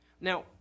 Now